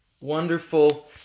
wonderful